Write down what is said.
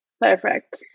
Perfect